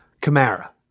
Camara